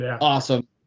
awesome